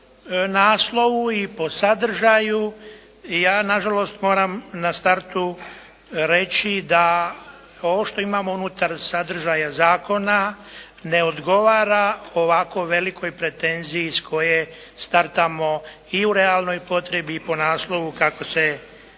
po naslovu i po sadržaju i ja na žalost moram na startu reći da ovo što imamo unutar sadržaja zakona ne odgovara ovako velikoj pretenziji iz koje startamo i u realnoj potrebi i po naslovu kako se zakon